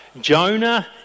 Jonah